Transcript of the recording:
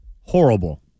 horrible